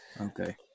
Okay